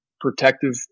protective